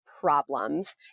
problems